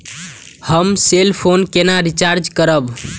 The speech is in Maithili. हम सेल फोन केना रिचार्ज करब?